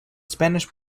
spanish